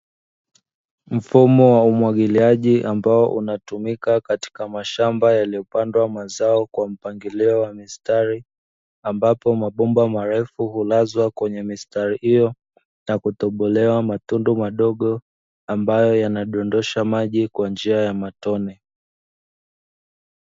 Mfumo wa umwagiliaji ambao unatumika katika mashamba yaliyopandwa mazao kwa mpangilio wa mistari, ambapo mabomba marefu hulazwa kwenye mistari hiyo na kutobolewa matundu madogo ambayo yanadondosha maji kwa njia ya matone.